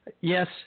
Yes